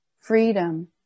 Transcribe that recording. freedom